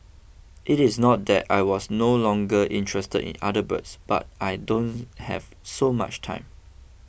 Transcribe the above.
it is not that I was no longer interested in other birds but I don't have so much time